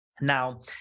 Now